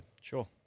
Sure